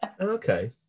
okay